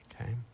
Okay